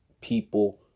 people